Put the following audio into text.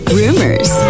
rumors